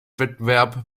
wettbewerb